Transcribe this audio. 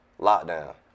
lockdown